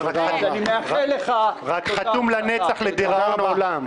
אני מאחל לך --- רק חתום לנצח לדיראון עולם.